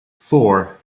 four